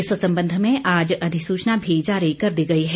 इस संबंध में आज अधिसूचना भी जारी कर दी गई है